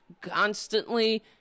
constantly